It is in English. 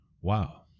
Wow